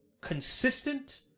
Consistent